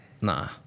Nah